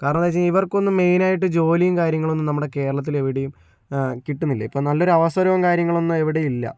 കാരണം എന്നു വച്ചു കഴിഞ്ഞാൽ ഇവർക്കൊന്നും മെയിനായിട്ട് ജോലിയും കാര്യങ്ങളൊന്നും നമ്മുടെ കേരളത്തിൽ എവിടെയും കിട്ടുന്നില്ല ഇപ്പം നല്ലൊരു അവസരവും കാര്യവും ഒന്നും എവിടെയും ഇല്ല